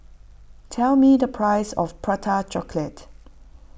tell me the price of Prata Chocolate